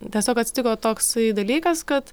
tiesiog atsitiko toksai dalykas kad